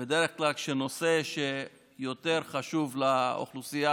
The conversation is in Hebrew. בדרך כלל כשנושא שהוא יותר חשוב לאוכלוסייה,